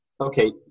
Okay